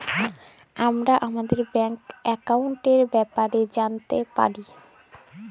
আমরা আমাদের ব্যাংকের একাউলটের ব্যাপারে জালতে পারি